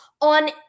on